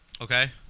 Okay